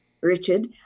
Richard